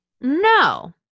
No